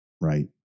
right